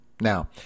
Now